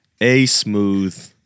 A-smooth